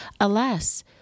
Alas